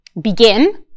begin